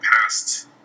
past